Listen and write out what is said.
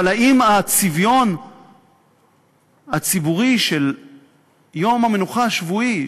אבל האם הצביון הציבורי של יום המנוחה השבועי,